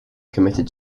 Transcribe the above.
committed